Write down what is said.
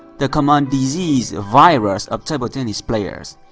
the common disease, virus of table tennis players.